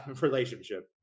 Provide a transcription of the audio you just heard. relationship